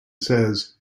says